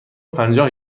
پنجاه